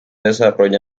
desarrolla